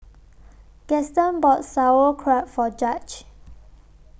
Gaston bought Sauerkraut For Judge